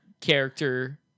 character